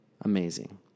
amazing